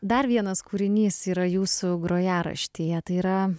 dar vienas kūrinys yra jūsų grojaraštyje tai yra